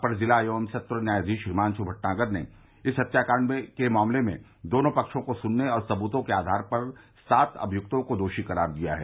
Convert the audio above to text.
अपर ज़िला एवं सत्र न्यायाधीश हिमांगु भटनागर ने इस हत्याकांड के मामले में दोनों पक्षों को सुनने और सबूतों के आवार पर सात अभियुक्तों को दोषी करार दिया है